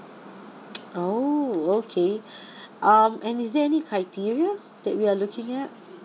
oh okay um and is there any criteria that we are looking at